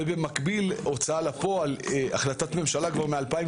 ובמקביל הוצאה לפועל של החלטת ממשלה כבר מ-2018,